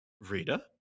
Rita